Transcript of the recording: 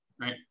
Right